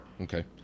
okay